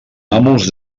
amos